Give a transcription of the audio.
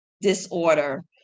Disorder